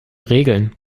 regeln